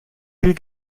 viel